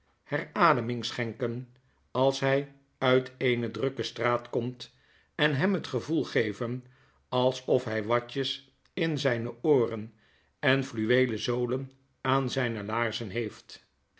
herademing schenken als hy uit eene drukke straat komt en hem het gevoel geven alsof hy watjes in zyne ooren en fluweelen zolen aan zijne laarzen heeft